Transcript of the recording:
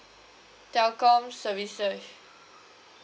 telco services